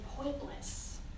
pointless